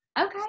Okay